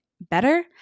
better